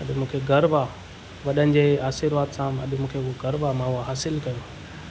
अॼु मूंखे गर्व आहे वॾनि जे आशीर्वाद सां अॼु मूंखे हू गर्व आ मां हू हासिलु कयो